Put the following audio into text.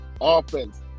offense